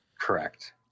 Correct